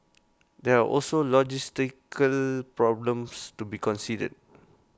there are also logistical problems to be considered